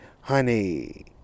honey